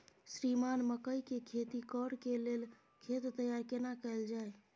श्रीमान मकई के खेती कॉर के लेल खेत तैयार केना कैल जाए?